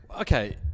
Okay